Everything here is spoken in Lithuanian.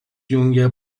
jungia